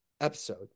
episode